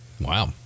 Wow